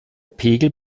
pegel